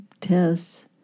tests